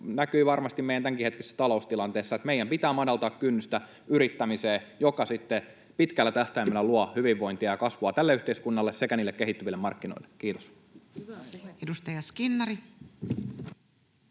näkyy varmasti meidän tämänhetkisessä taloustilanteessa. Meidän pitää madaltaa kynnystä yrittämiseen, joka sitten pitkällä tähtäimellä luo hyvinvointia ja kasvua tälle yhteiskunnalle sekä niille kehittyville markkinoille. — Kiitos. [Speech